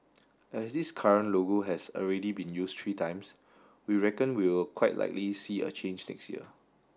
as this current logo has already been used three times we reckon we'll quite likely see a change next year